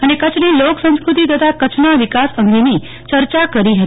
અને કચ્છની લોક સંસ્કૃતિ તથા કચ્છના વિકાસ અંગેની ચર્ચા કરી હતી